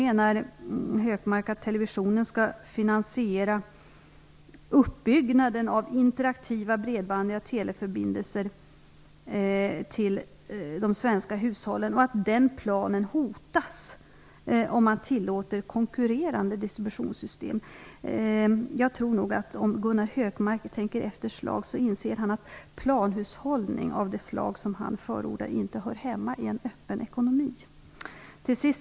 Hökmark menar att televisionen skall finansiera uppbyggnaden av interaktiva bredbandiga teleförbindelser till de svenska hushållen, och att den planen hotas om man tillåter konkurrerande distributionssystem. Om Gunnar Hökmark tänker efter ett slag tror jag att han inser att planhushållning av det slag som han förordar inte hör hemma i en öppen ekonomi.